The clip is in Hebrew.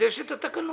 את התקנות.